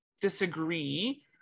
disagree